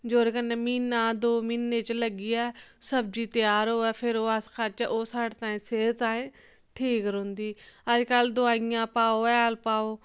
जेह्दे कन्नै म्हीना दो म्हीने च लग्गी जा सब्जी त्यार होऐ फिर ओह् अस खाचै ओह् साढ़े ताईं सेह्त ताईं ठीक रौंह्दी अज्ज कल दवाइयां पाओ हैल पाओ